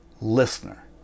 listener